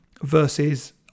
versus